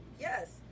yes